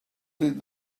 did